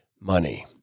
money